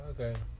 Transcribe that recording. okay